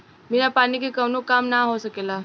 बिना पानी के कावनो काम ना हो सकेला